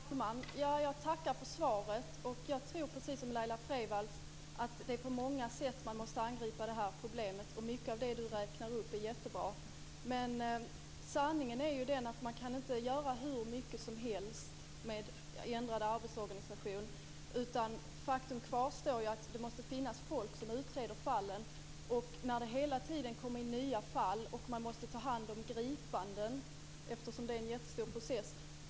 Herr talman! Jag tackar för svaret. Jag tror, precis som Laila Freivalds, att det är på många sätt man måste angripa det här problemet. Mycket av det justitieministern räknar upp är jättebra. Men sanningen är den att man inte kan göra hur mycket som helst med ändrad arbetsorganisation, utan faktum kvarstår att det måste finnas folk som utreder fallen. Det kommer hela tiden in nya fall, och man måste ta hand om gripanden - det är ju en jättestor process.